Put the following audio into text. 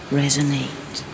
resonate